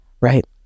right